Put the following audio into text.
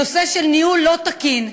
נושא של ניהול לא תקין,